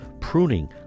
pruning